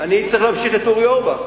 אני צריך להמשיך את דברי אורי אורבך.